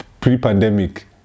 pre-pandemic